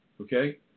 okay